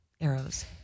arrows